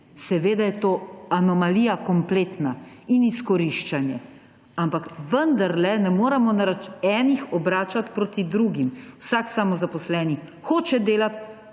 Seveda je to anomalija kompletna in izkoriščanje. Ampak vendarle ne moremo enih obračati proti drugim. Vsak samozaposleni hoče delati,